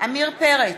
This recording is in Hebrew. עמיר פרץ,